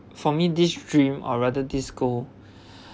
for me this stream or rather this goal